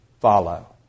follow